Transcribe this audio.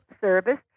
service